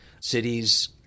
Cities